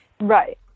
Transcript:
right